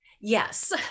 yes